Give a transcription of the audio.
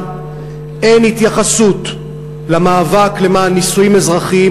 אין התייחסות למאבק למען נישואים אזרחיים,